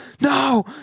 No